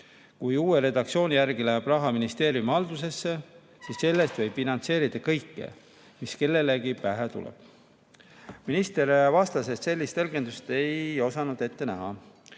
Kui uue redaktsiooni järgi läheb raha ministeeriumi haldusesse, siis sellest võib finantseerida kõike, mis kellelegi pähe tuleb. Minister vastas, et sellist tõlgendust ei osatud ette näha.